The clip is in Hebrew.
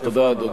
תודה, אדוני.